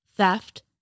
theft